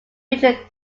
featured